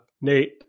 Nate